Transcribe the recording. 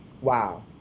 Wow